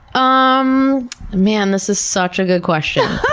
ah um man, this is such a good question.